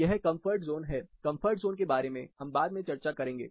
यह comfort zone है comfort zone के बारे में हम बाद में चर्चा करेंगे